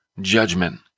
judgment